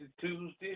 Tuesday